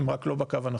הם רק לא בקו הנכון.